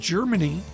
Germany